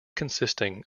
consisting